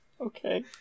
Okay